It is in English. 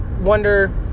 wonder